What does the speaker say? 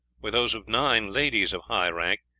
were those of nine ladies of high rank,